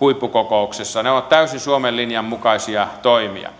huippukokouksessa ne ovat täysin suomen linjan mukaisia toimia